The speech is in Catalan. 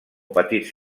petits